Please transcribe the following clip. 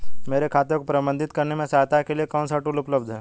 मेरे खाते को प्रबंधित करने में सहायता के लिए कौन से टूल उपलब्ध हैं?